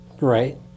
Right